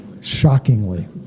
Shockingly